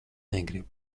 negribu